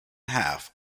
half